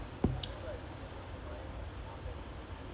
that's why I said yesterday the bayer then half time scored two one